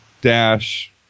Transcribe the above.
dash